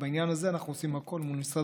ובעניין הזה אנחנו עושים הכול מול משרד